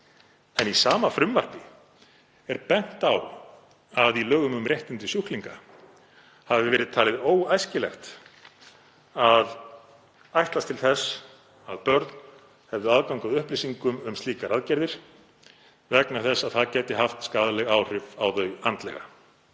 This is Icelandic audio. En í sama frumvarpi er bent á að í lögum um réttindi sjúklinga hafi verið talið óæskilegt að ætlast til þess að börn hefðu aðgang að upplýsingum um slíkar aðgerðir vegna þess að það gæti haft skaðleg áhrif á þau andlega.